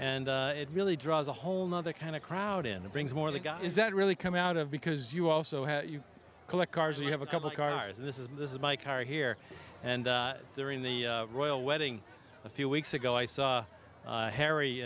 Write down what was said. and it really draws a whole nother kind of crowd in and brings more of the guy is that really come out of because you also have you collect cars you have a couple cars and this is this is my car here and there in the royal wedding a few weeks ago i saw harry